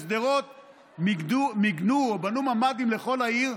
בשדרות מיגנו או בנו ממ"דים לכל העיר,